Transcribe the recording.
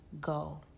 go